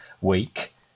week